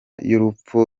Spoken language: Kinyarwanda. y’urupfu